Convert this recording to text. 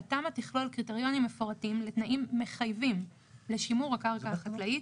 התמ"א תכלול קריטריונים מפורטים לתנאים מחייבים לשימור הקרקע החקלאית,